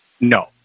No